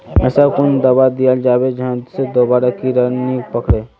ऐसा कुन दाबा दियाल जाबे जहा से दोबारा कीड़ा नी पकड़े?